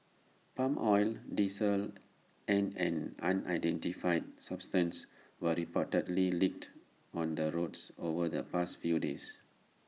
palm oil diesel and an unidentified substance were reportedly leaked on the roads over the past few days